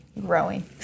growing